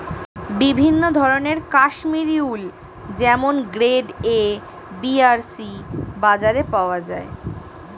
বিভিন্ন ধরনের কাশ্মীরি উল যেমন গ্রেড এ, বি আর সি বাজারে পাওয়া যায়